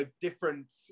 different